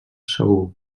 segur